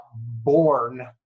born